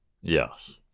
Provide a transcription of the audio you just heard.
Yes